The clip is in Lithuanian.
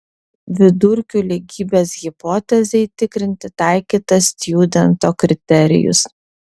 vidurkių lygybės hipotezei tikrinti taikytas stjudento kriterijus